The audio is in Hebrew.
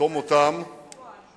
לרתום אותם, איזה מזל שיש פואד.